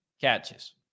catches